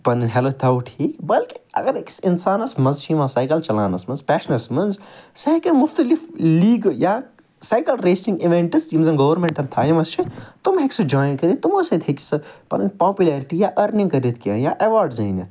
پَنٕنۍ ہیٚلٕتھ تھاوو ٹھیٖک بٔلکہ اگر أکِس اِنسانَس مَزٕ چھُ یِوان سایکَل چَلاونَس مَنٛز پیشنَس مَنٛز سُہ ہیٚکہِ مختلف لیٖگہ یا سایکل ریسِنٛگ اِویٚنٹٕس یِم زَن گورمیٚنٹَن تھٲیمَژ چھِ تِم ہیٚکہِ سُہ جۄیِن کٔرِتھ تِمو سۭتۍ ہیٚکہِ سُہ پَنٕنۍ پاپولیٚرِٹی یا أرنِنٛگ کٔرِتھ کیٚنٛہہ یا ایٚوارڈ زیٖنِتھ